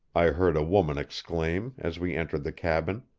i heard a woman exclaim, as we entered the cabin.